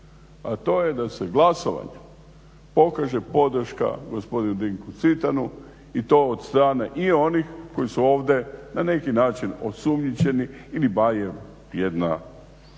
a to je da se glasovanjem pokaže podrška gospodinu Dinku Cvitanu i to od strane i onih koji su ovdje na neki način osumnjičeni ili barem jedna